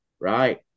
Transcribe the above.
right